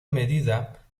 medida